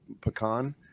pecan